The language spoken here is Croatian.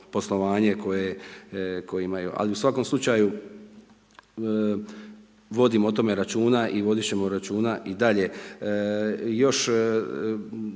poslovanje koje imaju. Ali u svakom slučaju vodimo o tome računa i vodit ćemo računa i dalje. Još